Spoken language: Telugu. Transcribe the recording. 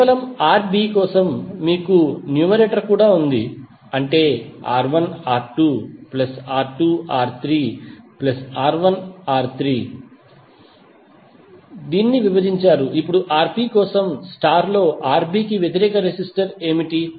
కేవలం Rb కోసం మీకు న్యూమరేటర్ కూడా ఉంది అంటే R1R2R2R3R1R3 ను విభజించారు ఇప్పుడు Rb కోసం స్టార్ లో Rb కి వ్యతిరేక రెసిస్టర్ ఏమిటి